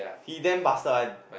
he damn bastard one